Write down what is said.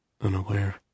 Unaware